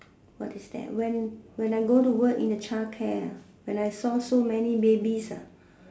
what is that when when I go to work in the childcare ah when I saw so many babies ah